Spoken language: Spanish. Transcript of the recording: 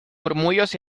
murmullos